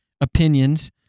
opinions